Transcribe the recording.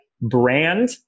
brand